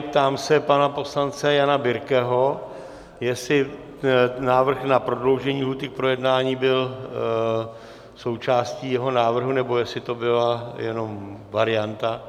Ptám se pana poslance Jana Birkeho, jestli návrh na prodloužení lhůty k projednání byl součástí jeho návrhu, nebo jestli to byla jenom varianta.